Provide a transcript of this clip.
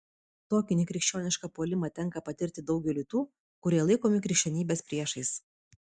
tokį nekrikščionišką puolimą tenka patirti daugeliui tų kurie laikomi krikščionybės priešais